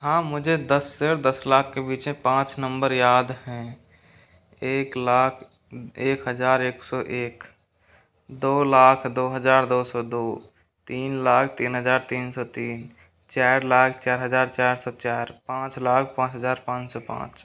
हाँ मुझे दस से दस लाख के पीछे पाँच नंबर याद हैं एक लाख एक हजार एक सौ एक दो लाख दो हजार दो सौ दो तीन लाख तीन हजार तीन सौ तीन चार लाख चार हजार चार सौ चार पाँच लाख पाँच हजार पाँच सौ पाँच